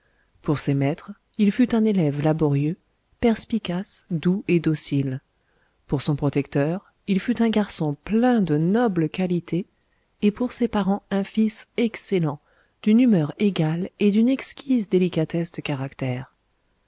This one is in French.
pour ses maîtres il fut un élève laborieux perspicace doux et docile pour son protecteur il fut un garçon plein de nobles qualités et pour ses parents un fils excellent d'une humeur égale et d'une exquise délicatesse de caractère